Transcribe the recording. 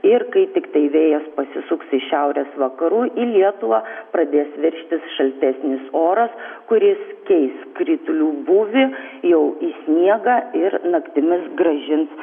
ir kai tiktai vėjas pasisuks iš šiaurės vakarų į lietuvą pradės veržtis šaltesnis oras kuris keis kritulių būvį jau į sniegą ir naktimis grąžins